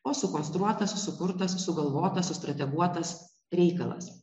o sukonstruotas sukurtas sugalvotas sustrateguotas reikalas